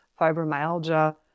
fibromyalgia